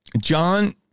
John